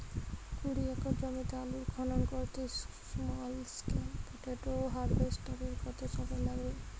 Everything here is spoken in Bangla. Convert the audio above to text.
কুড়ি একর জমিতে আলুর খনন করতে স্মল স্কেল পটেটো হারভেস্টারের কত সময় লাগবে?